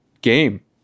game